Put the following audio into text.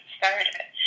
started